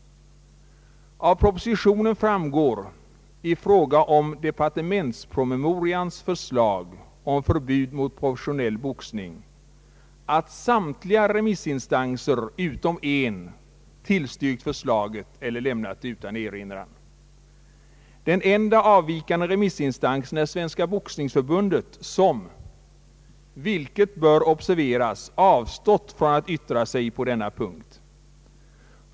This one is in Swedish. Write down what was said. Av propositionen framgår i fråga om departementspromemorians förslag om förbud mot professionell boxning att samtliga remissinstanser utom en tillstyrkt förslaget eller lämnat det utan erinran. Den enda avvikande remissin stansen är Svenska boxningsförbundet som — vilket bör observeras — avstått från att yttra sig på denna punkt.